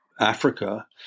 Africa